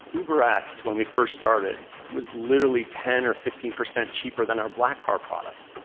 uberx, when we first started, was literally ten or fifteen percent cheaper than our black car product.